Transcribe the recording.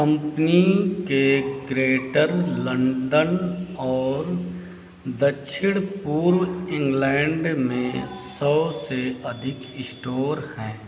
company के Greater London और दक्षिण पूर्व इंग्लैंड में सौ से अधिक इस्टोर हैं